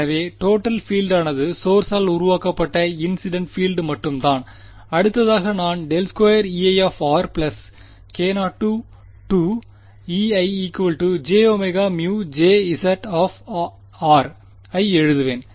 எனவே டோடல் பீல்ட்டானது சோர்ஸால் உருவாக்கப்பட்ட இன்சிடென்ட் பீல்ட் மட்டும்தான் அடுத்ததாக நான் ∇2Ei k0 Ei jωμJz ஐ எழுதுவேன்